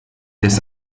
des